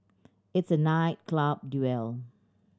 it's a night club duel